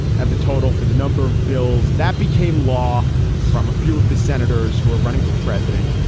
have the total for the number of bills that became law from a few of the senators who are running for president.